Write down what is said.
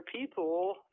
people